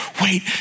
wait